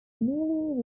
newly